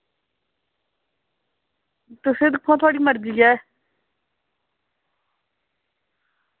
तुस दिक्खो हां थोआढ़ी मर्जी ऐ